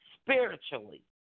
spiritually